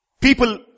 People